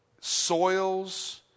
soils